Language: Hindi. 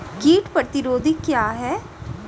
कीट प्रतिरोधी क्या है?